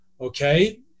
okay